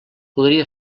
podria